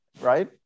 right